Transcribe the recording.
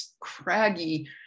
craggy